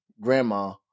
grandma